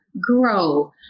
grow